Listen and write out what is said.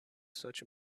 such